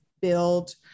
build